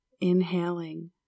inhaling